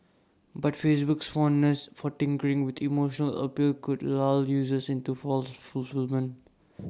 but Facebook's fondness for tinkering with emotional appeal could lull users into false fulfilment